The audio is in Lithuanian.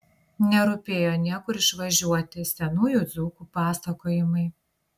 nerūpėjo niekur išvažiuoti senųjų dzūkų pasakojimai